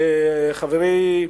שחברי,